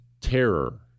terror